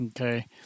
Okay